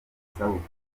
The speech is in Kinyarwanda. isabukuru